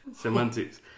Semantics